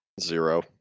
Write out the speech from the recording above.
zero